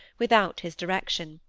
without his direction.